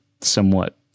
somewhat